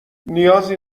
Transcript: نیازی